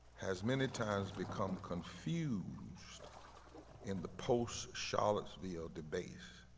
has many times become confused in the post-charlottesville debates